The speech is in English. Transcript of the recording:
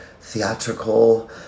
theatrical